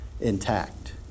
intact